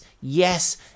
yes